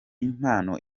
impano